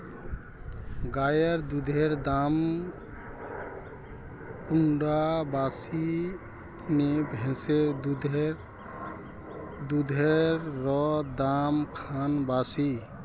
गायेर दुधेर दाम कुंडा बासी ने भैंसेर दुधेर र दाम खान बासी?